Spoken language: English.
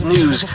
News